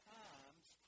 times